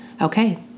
okay